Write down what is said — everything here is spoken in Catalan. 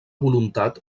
voluntat